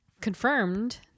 confirmed